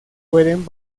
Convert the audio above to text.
pueden